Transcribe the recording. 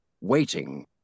waiting